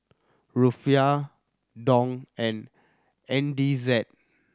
Rufiyaa Dong and N D Z